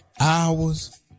hours